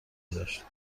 داشت